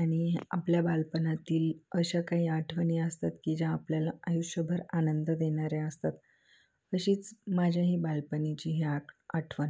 आणिआपल्या बालपनातील अशा काही आठवणी असतात की ज्या आपल्याला आयुष्यभर आनंद देणाऱ्या असतात अशीच माझ्या ही बालपणीची ही आ आठवण